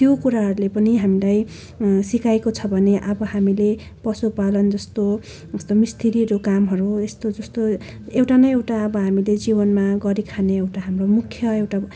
त्यो कुराहरूले पनि हामीलाई सिकाएको छ भने अब हामीले पशुपालन जस्तो जस्तो मिस्त्रीहरू कामहरू यस्तो जस्तो एउटा न एउटा अब हामीले जीवनमा गरिखाने एउटा हाम्रो मुख्य एउटा